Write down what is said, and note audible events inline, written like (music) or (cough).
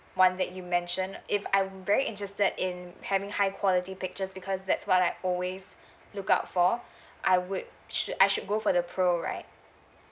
one that you mentioned if I'm very interested in having high quality pictures because that's what I always look out for (breath) I would should I should go for the pro right